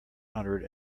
hundred